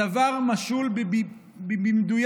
הדבר משול במדויק